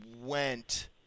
went